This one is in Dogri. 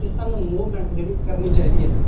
कि सानूं मूवमेंट जेह्ड़ी करनी चाहिदी ऐ